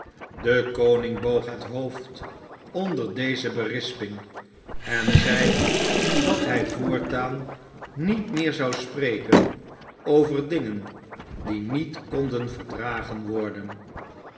de koning boog het hoofd onder deze berisping en zei dat hij voortaan niet meer zou spreken over dingen die niet konden verdragen worden